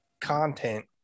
content